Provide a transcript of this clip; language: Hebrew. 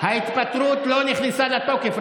ההתפטרות לא נכנסה לתוקף,